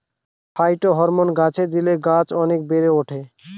phytohormone গাছে দিলে গাছ অনেক বেড়ে ওঠে